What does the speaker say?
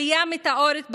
עלייה מטאורית בעוני,